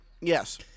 Yes